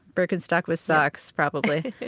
birkenstocks with socks, probably